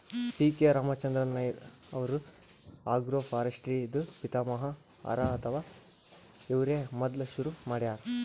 P K Ramachandran Nair ಅವ್ರು agroforestry ದೂ ಪಿತಾಮಹ ಹರಾ ಅಥವಾ ಇವ್ರೇ ಮೊದ್ಲ್ ಶುರು ಮಾಡ್ಯಾರ್